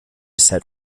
set